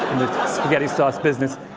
spaghetti sauce business.